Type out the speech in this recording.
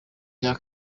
cya